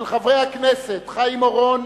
של חברי הכנסת חיים אורון,